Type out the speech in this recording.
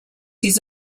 his